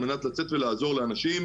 על מנת לצאת ולעזור לאנשים,